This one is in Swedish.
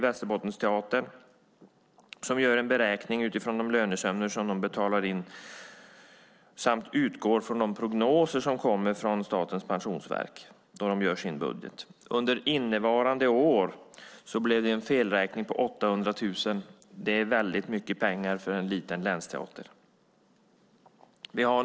Västerbottensteatern beräknar utifrån de lönesummor de betalar in och utgår från de prognoser som kommer från Statens pensionsverk när man gör sin budget. Under innevarande år blev det en felräkning på 800 000. Det är väldigt mycket pengar för en liten länsteater.